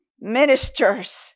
ministers